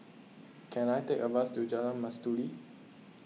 can I take a bus to Jalan Mastuli